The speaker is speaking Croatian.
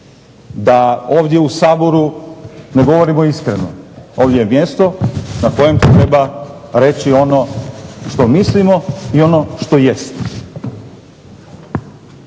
da ovdje u Saboru ne govorimo iskreno. Ovdje je mjesto na kojem treba reći ono što mislimo i ono što jest.